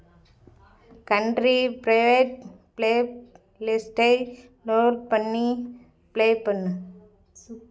country ஃப ப்ரேட் ப்ளேலிஸ்ட்டை லோட் பண்ணி ப்ளே பண்ணு